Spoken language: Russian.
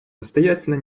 настоятельно